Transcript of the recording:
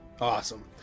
Awesome